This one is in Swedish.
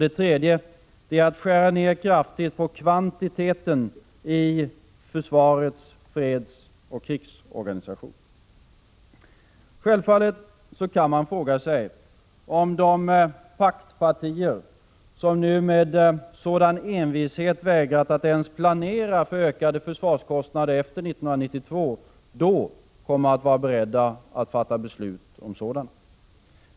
Den tredje är att skära ner kraftigt på kvantiteten i försvarets fredsoch krigsorganisation. Självfallet kan man fråga sig om de paktpartier som nu med sådan envishet vägrat att ens planera för ökade försvarskostnader efter 1992 då kommer att vara beredda att fatta beslut om sådana.